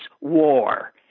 war